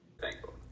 Thankful